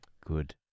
good